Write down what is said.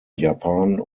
japan